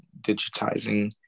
digitizing